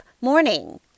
morning